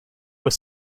were